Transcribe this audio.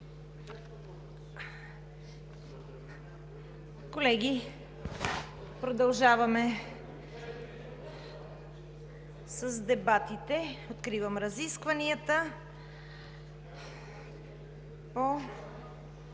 Колеги, продължаваме с дебатите. Откривам разискванията по